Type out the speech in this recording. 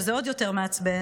שזה עוד יותר מעצבן,